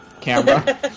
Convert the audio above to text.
camera